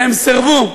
והם סירבו.